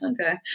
okay